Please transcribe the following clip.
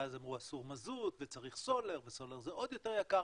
ואז אמרו שאסור מזוט וצריך סולר וסולר זה עוד יותר יקר,